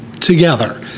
together